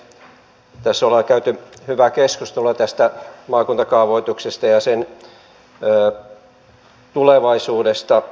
tässä ollaan käyty hyvää keskustelua tästä maakuntakaavoituksesta ja sen tulevaisuudesta